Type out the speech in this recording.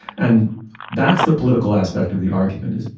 and that's the political aspect of the argument is,